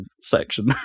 section